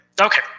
Okay